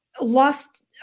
lost